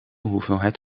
hoeveelheid